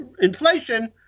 inflation